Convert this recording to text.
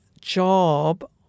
job